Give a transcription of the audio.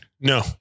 No